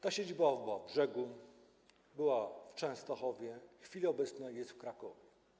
Ta siedziba była w Brzegu, była w Częstochowie, w chwili obecnej jest w Krakowie.